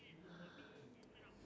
I think that's true